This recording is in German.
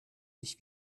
dich